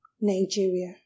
Nigeria